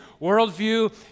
worldview